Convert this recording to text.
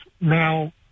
now